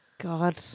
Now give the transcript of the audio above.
God